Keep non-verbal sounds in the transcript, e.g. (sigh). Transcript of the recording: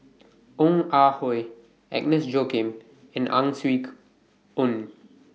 Ong Ah Hoi Agnes Joaquim and Ang Swee (unintelligible) Aun